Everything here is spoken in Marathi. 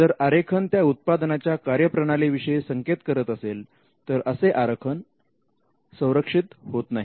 जर आरेखन त्या उत्पादनाच्या कार्यप्रणाली विषयी संकेत करत असेल तर असे आरेखन संरक्षित होत नाही